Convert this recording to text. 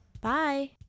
Bye